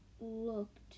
looked